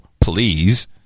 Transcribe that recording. Please